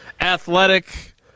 athletic